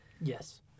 Yes